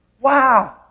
wow